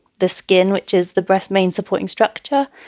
the skin, which is the breast means supporting structure.